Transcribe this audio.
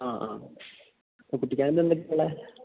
ആ ആ അപ്പോള് കുട്ടിക്കാനത്ത് എന്തൊക്കെയാണുള്ളത്